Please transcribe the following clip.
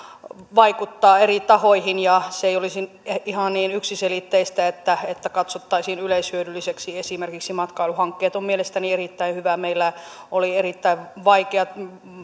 vaikuttaa eri tahoihin ja se ei olisi ihan niin yksiselitteistä että että katsottaisiin yleishyödyllisiksi esimerkiksi matkailuhankkeet se on mielestäni erittäin hyvä meillä oli erittäin vaikea